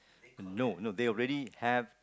no no they already have